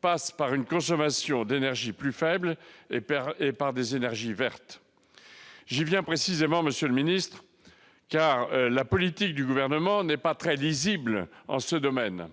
passe par une consommation d'énergie plus faible et par des énergies plus vertes ». Or, monsieur le ministre d'État, la politique du Gouvernement n'est pas très lisible en ce domaine.